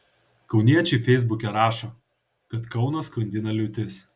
kauniečiai feisbuke rašo kad kauną skandina liūtis